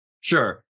Sure